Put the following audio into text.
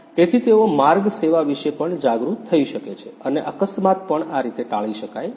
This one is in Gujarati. તેથી તેઓ માર્ગ સેવા વિશે પણ જાગૃત થઈ શકે છે અને અકસ્માત પણ આ રીતે ટાળી શકાય છે